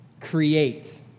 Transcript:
create